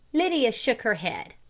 lydia shook her head.